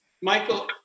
Michael